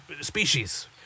species